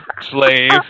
Slave